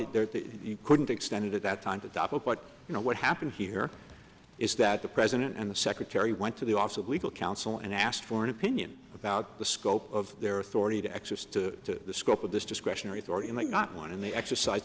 it there that you couldn't extend it at that time to adopt what you know what happened here is that the president and the secretary went to the office of legal counsel and asked for an opinion about the scope of their authority to exercise to the scope of this discretionary authority and that not one and they exercise